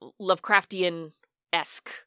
Lovecraftian-esque